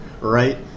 Right